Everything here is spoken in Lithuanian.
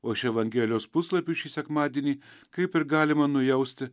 o iš evangelijos puslapių šį sekmadienį kaip ir galima nujausti